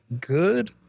good